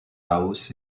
laos